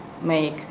make